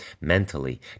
mentally